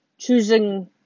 choosing